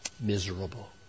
miserable